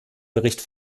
bericht